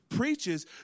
Preaches